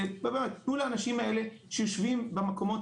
זה באמת תנו לאנשים האלה שיושבים במקומות